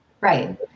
Right